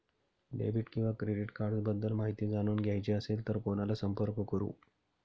Debit किंवा credit cards बद्दल माहिती जाणून घ्यायची असेल तर कोणाला संपर्क करु?